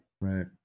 right